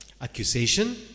accusation